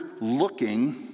looking